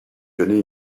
connaît